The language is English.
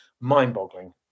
mind-boggling